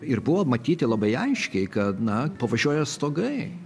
ir buvo matyti labai aiškiai kad na pavažiuoja stogai